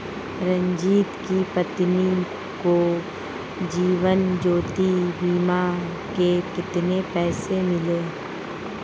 रंजित की पत्नी को जीवन ज्योति बीमा के कितने पैसे मिले?